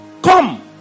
Come